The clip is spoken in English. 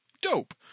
Dope